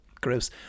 gross